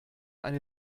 eine